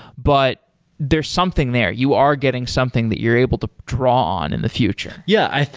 but there's something there. you are getting something that you're able to draw on in the future. yeah,